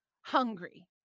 hungry